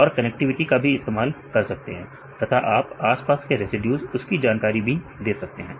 और कनेक्टिविटी का भी इस्तेमाल कर सकते हैं तथा आप आसपास के रेसिड्यूज उसकी जानकारी भी दे सकते हैं